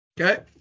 Okay